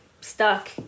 stuck